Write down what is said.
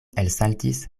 elsaltis